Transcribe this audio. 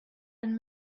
been